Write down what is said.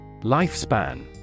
Lifespan